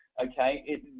Okay